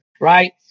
right